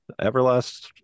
Everlast